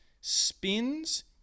spins